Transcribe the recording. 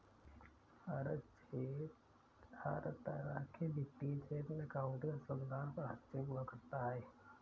हर तरह के वित्तीय क्षेत्र में अकाउन्टिंग अनुसंधान का हस्तक्षेप हुआ करता है